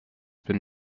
been